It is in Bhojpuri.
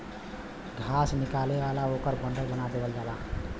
घास निकलेला ओकर बंडल बना देवल जाला